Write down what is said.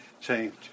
change